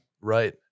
Right